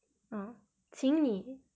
orh 请你